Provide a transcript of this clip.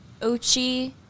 Ochi